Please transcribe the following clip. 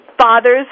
Fathers